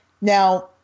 Now